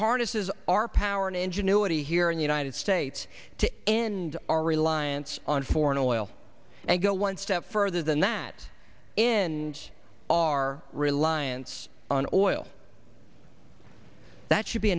harnesses our power and ingenuity here in the united states to end our reliance on foreign oil and go one step further than that in our reliance on oil that should be